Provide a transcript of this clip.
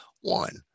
One